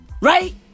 Right